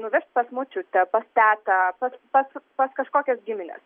nuvežt pas močiutę pas tetą pas pas pas kažkokias gimines